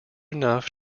enough